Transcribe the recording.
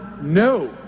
No